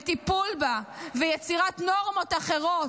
מטיפול בה ומיצירת נורמות אחרות.